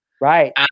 Right